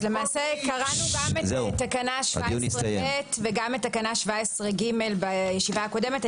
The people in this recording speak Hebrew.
אז למעשה קראנו גם את תקנה 17ב וגם את תקנה 17ג בישיבה הקודמת.